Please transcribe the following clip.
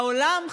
העולם,